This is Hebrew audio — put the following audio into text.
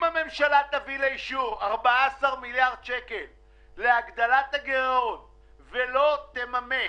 אם הממשלה תביא לאישור 14 מיליארד שקל אבל לא תממש